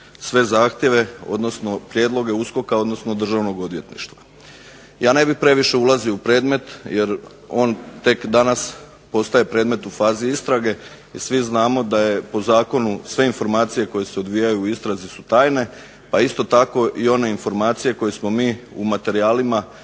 sve zahtjeve, odnosno prijedloge USKOK-a, odnosno Državnog odvjetništva. Ja ne bih previše ulazio u predmet, jer on tek danas postaje predmet u fazi istrage i svi znamo da je po zakonu sve informacije koje se odvijaju u istrazi su tajne pa isto tako i one informacije koje smo mi u materijalima